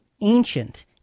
ancient